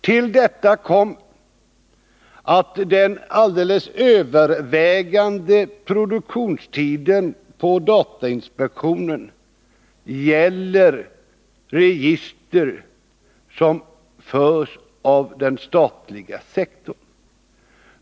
Till detta kommer att den alldeles övervägande produktionstiden på datainspektionen gäller register som förs inom den statliga sektorn.